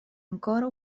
ancora